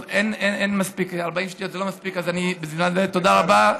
טוב, 40 שניות זה לא מספיק, אז תודה רבה.